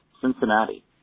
Cincinnati